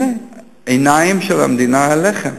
הנה, העיניים של המדינה אליכם.